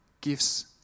gifts